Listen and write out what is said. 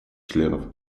членов